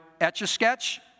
Etch-A-Sketch